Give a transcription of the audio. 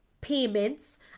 payments